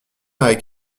avec